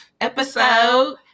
episode